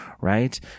right